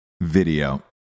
video